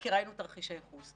כי ראינו את תרחיש הייחוס.